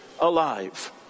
alive